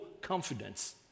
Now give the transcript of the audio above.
confidence